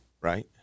Right